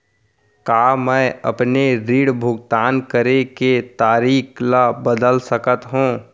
का मैं अपने ऋण भुगतान करे के तारीक ल बदल सकत हो?